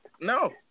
No